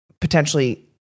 potentially